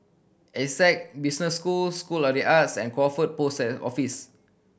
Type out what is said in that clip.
Essec Business School School of The Arts and Crawford Post Office